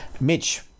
Mitch